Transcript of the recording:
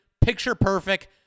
picture-perfect